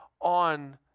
on